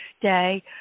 day